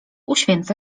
uświęca